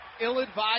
ill-advised